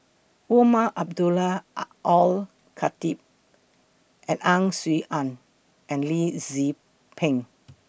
Umar Abdullah Are Al Khatib Ang Swee Aun and Lee Tzu Pheng